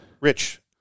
Rich